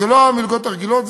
זה לא המלגות הרגילות,